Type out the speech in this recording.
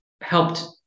helped